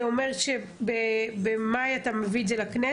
זה אומר שבמאי 2022 אתה מביא את זה לכנסת?